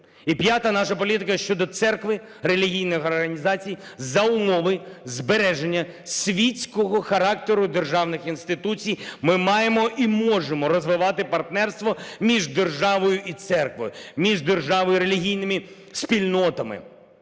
І п'ята наша політика – щодо церкви, релігійних організацій. За умови збереження світського характеру державних інституцій ми маємо і можемо розвивати партнерство між державою і церквою, між державою і релігійними спільнотами.